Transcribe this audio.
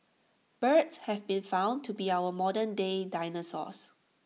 birds have been found to be our modernday dinosaurs